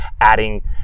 adding